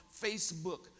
Facebook